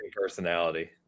personality